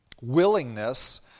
willingness